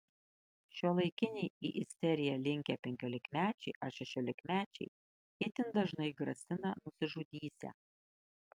šiuolaikiniai į isteriją linkę penkiolikmečiai ar šešiolikmečiai itin dažnai grasina nusižudysią